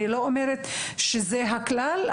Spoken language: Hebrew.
אני לא אומרת שזה הכלל,